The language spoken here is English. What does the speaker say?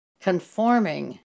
conforming